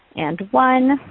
and one.